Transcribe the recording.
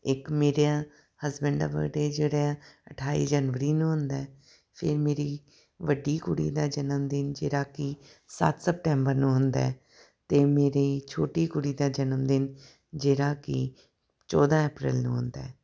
ਇੱਕ ਮੇਰਾ ਹਸਬੈਂਡ ਦਾ ਬਰਡੇ ਜਿਹੜਾ ਅਠਾਈ ਜਨਵਰੀ ਨੂੰ ਹੁੰਦਾ ਫਿਰ ਮੇਰੀ ਵੱਡੀ ਕੁੜੀ ਦਾ ਜਨਮਦਿਨ ਜਿਹੜਾ ਕਿ ਸੱਤ ਸਤੈਬਰ ਨੂੰ ਹੁੰਦਾ ਅਤੇ ਮੇਰੀ ਛੋਟੀ ਕੁੜੀ ਦਾ ਜਨਮ ਦਿਨ ਜਿਹੜਾ ਕਿ ਚੌਦਾਂ ਅਪ੍ਰੈਲ ਨੂੰ ਹੁੰਦਾ